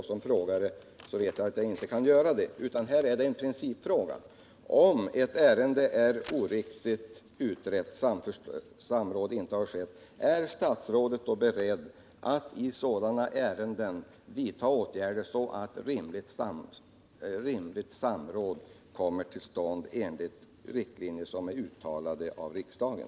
Som frågare vet jag att jag inte kan göra det. Här gäller det en principfråga. Om ett ärende är oriktigt utrett och samråd inte skett, är statsrådet då beredd att i ett sådant ärende vidta åtgärder så att rimligt samråd kommer till stånd enligt de riktlinjer som är uttalade av riksdagen?